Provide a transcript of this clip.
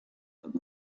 and